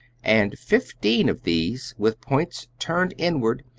and fifteen of these, with points turned inward,